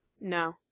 No